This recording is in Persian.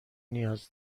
نیاز